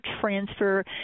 transfer